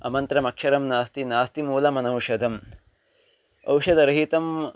अमन्त्रमक्षरं नास्ति नास्ति मूलमनौषधम् औषधरहितम्